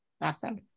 awesome